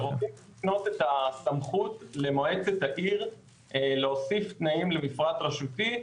שרוצים להפנות את הסמכות למועצת העיר להוסיף תנאים למפרט רשותי,